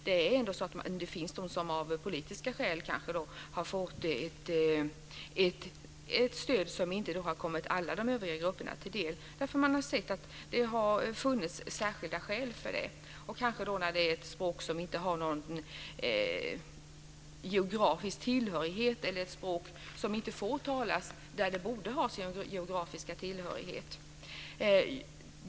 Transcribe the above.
Det finns ändå de som kanske av politiska skäl har fått ett stöd som inte har kommit alla de övriga grupperna till del, därför att man har ansett att det funnits särskilda skäl för det. Det kan vara ett språk som inte har någon geografisk tillhörighet eller ett språk som inte får talas där det borde ha sin geografiska tillhörighet.